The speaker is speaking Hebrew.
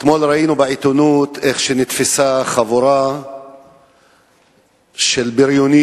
אתמול ראינו בעיתונות שנתפסה חבורה של בריונים